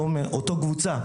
אותה קבוצה,